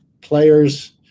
players